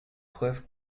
preuve